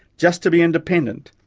just to be independent,